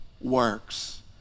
works